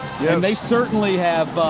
they certainly have